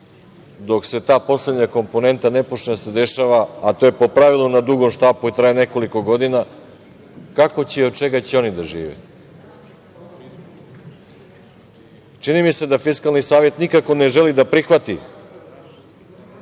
dok ta poslednja komponenta ne počne da se dešava, a to je po pravilu na dugom štapu i traje nekoliko godina, kako će i od čega će oni da žive? Čini mi se da Fiskalni savet nikako ne želi da prihvati